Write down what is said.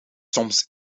soms